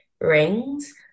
rings